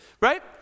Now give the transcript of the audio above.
Right